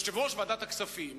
יושב-ראש ועדת הכספים,